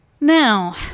Now